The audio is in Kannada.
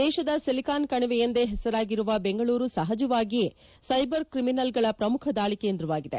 ದೇಶದ ಸಿಲಿಕಾನ್ ಕಣಿವೆ ಎಂದೇ ಹೆಸರಾಗಿರುವ ಬೆಂಗಳೂರು ಸಹಜವಾಗಿಯೇ ಸೈಬರ್ ಕ್ರಿಮಿನಲ್ಗಳ ಪ್ರಮುಖ ದಾಳಿ ಕೇಂದ್ರವಾಗಿದೆ